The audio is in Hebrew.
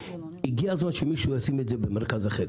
הגיע הזמן לשים את זה במרכז החדר.